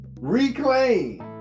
Reclaim